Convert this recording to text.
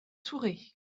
tourret